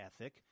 ethic